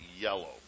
yellow